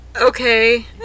okay